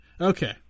Okay